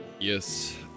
Yes